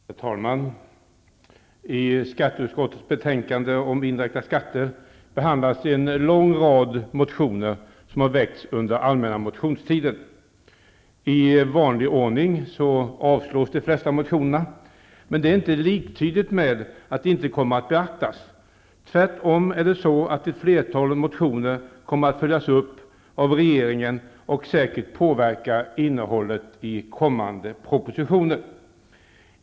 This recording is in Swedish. Herr talman! I skatteutskottets betänkande om indirekta skatter behandlas en lång rad motioner som har väckts under den allmänna motionstiden. I vanlig ordning avstyrks de flesta motionerna, men det är inte liktydigt med att de inte kommer att beaktas. Tvärtom kommer ett flertal motioner att följas upp av regeringen och säkert påverka innehållet i kommande propositioner.